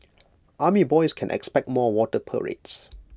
army boys can expect more water parades